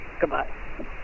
Goodbye